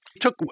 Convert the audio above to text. took